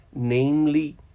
Namely